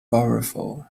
powerful